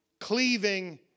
cleaving